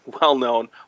well-known